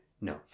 No